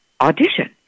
audition